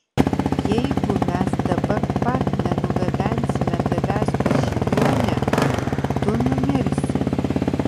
jeigu mes dabar pat nenugabensime tavęs pas žiniuonę tu numirsi